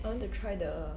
I want to try the